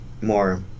more